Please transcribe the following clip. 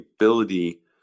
ability